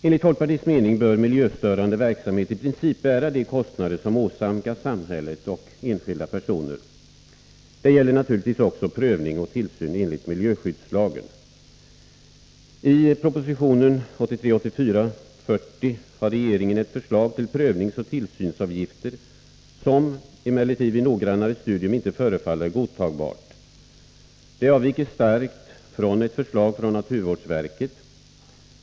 Enligt folkpartiets mening bör miljöstörande verksamhet i princip bära de kostnader som åsamkas samhället och enskilda personer. Det gäller naturligtvis också prövning och tillsyn enligt miljöskyddslagen. I proposition 1983/84:40 har regeringen ett förslag till prövningsoch tillsynsavgifter, som emellertid vid nogrannare studium inte förefaller godtagbart. Det avviker starkt från ett förslag från naturvårdsverket.